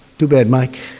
too bad, mike.